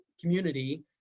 community